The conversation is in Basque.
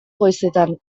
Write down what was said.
goizetan